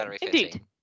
Indeed